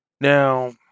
Now